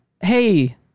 Hey